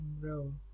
Bro